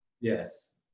Yes